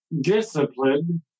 discipline